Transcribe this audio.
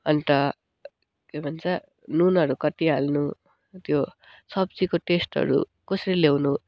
अन्त के भन्छ नुनहरू कति हाल्नु त्यो सब्जीको टेस्टहरू कसरी ल्याउनु